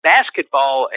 Basketball